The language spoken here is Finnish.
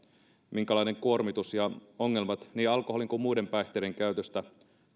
minkälainen kuormitus ja minkälaiset ongelmat niin alkoholin kuin muiden päihteiden käytöstä